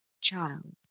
child